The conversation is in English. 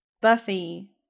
Buffy